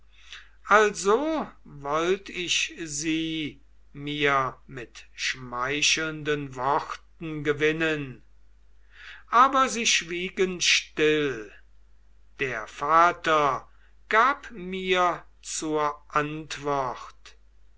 also wollt ich sie mir mit schmeichelnden worten gewinnen aber sie schwiegen still der vater gab mir zur antwort